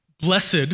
blessed